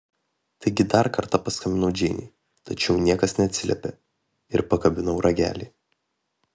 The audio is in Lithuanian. taigi dar kartą paskambinau džeinei tačiau niekas neatsiliepė ir pakabinau ragelį